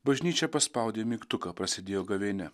bažnyčia paspaudė mygtuką prasidėjo gavėnia